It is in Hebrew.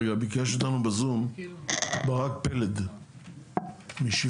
רגע, ביקש אותנו בזום ברק פלד, משברון.